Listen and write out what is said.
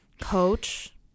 Coach